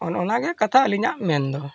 ᱚᱱᱮ ᱚᱱᱟᱜᱮ ᱠᱟᱛᱷᱟ ᱟᱹᱞᱤᱧᱟᱜ ᱢᱮᱱᱫᱚ